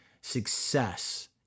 success